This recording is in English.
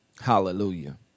Hallelujah